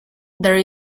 there